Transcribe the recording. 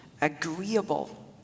agreeable